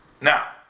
Now